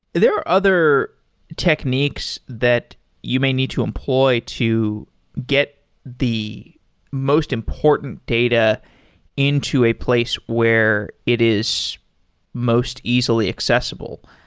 there are other techniques that you may need to employ to get the most important data into a place where it is most easily accessible.